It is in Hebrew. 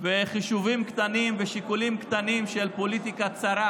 וחישובים ושיקולים קטנים של פוליטיקה צרה.